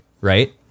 right